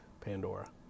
Pandora